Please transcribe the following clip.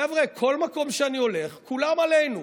חבר'ה, כל מקום שאני הולך כולם עלינו.